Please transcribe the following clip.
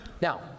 Now